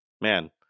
Man